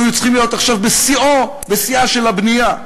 היו צריכים להיות עכשיו בשיאה של הבנייה.